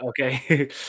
okay